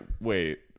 wait